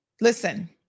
listen